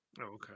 okay